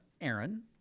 Aaron